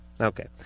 Okay